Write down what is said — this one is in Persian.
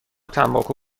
تنباکو